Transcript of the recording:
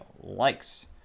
likes